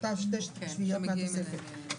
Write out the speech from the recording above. אותן 2/7 מהתוספת.